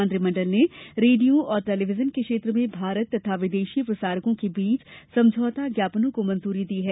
मंत्रिमंडल ने रेडियो और टेलीविजन के क्षेत्र में भारत तथा विदेशी प्रसारकों के बीच समझौता ज्ञापनों को मंजूरी दी है